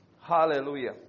Hallelujah